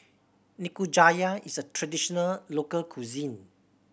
nikujaga is a traditional local cuisine